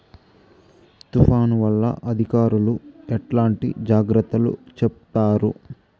తుఫాను వల్ల అధికారులు ఎట్లాంటి జాగ్రత్తలు చెప్తారు?